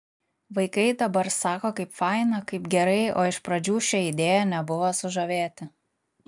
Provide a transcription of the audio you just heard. vaikai dabar sako kaip faina kaip gerai o iš pradžių šia idėja nebuvo sužavėti